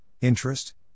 Interest